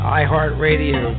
iHeartRadio